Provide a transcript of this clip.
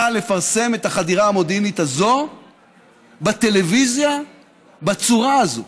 לפרסם את החדירה המודיעינית הזאת בטלוויזיה בצורה הזאת.